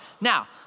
Now